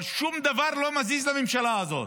אבל שום דבר לא מזיז לממשלה הזאת.